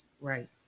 Right